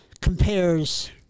compares